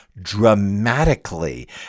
dramatically